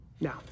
Now